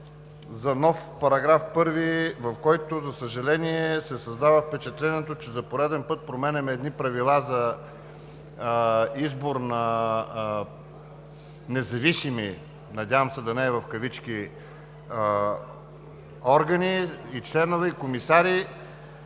за нов § 1, в който, за съжаление, се създава впечатлението, че за пореден път променяме едни правила за избор на независими органи, надявам се, да не е в кавички, членове и комисари